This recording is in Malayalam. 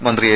മന്ത്രി എ